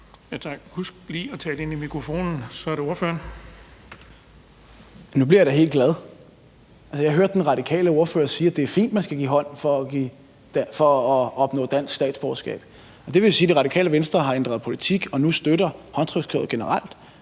Husk lige at tale ind i mikrofonen. Så er det ordføreren. Kl. 13:38 Morten Dahlin (V): Nu bliver jeg da helt glad. Jeg hører den radikale ordfører sige, at det er fint, at man skal give hånd for at opnå dansk statsborgerskab. Det vil sige, at Det Radikale Venstre har ændret politik og nu støtter håndtrykskravet generelt.